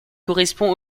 correspond